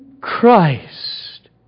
Christ